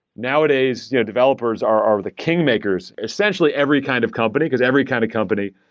nowadays, you know developers are are the kingmakers. essentially every kind of company, because every kind of company,